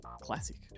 Classic